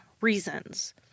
reasons